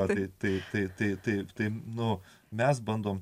ar teisėtai taip taip nu mes bandom